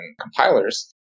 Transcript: compilers